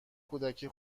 کودکی